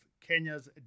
Kenya's